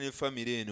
family